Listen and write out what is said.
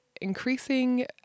increasing